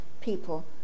people